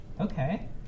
Okay